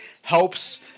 helps